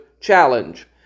challenge